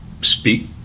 speak